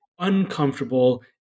uncomfortable